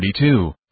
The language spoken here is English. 32